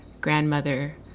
grandmother